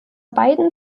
beiden